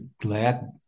glad